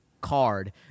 card